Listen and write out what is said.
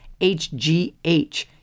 HGH